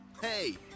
Hey